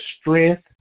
strength